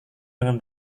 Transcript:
dengan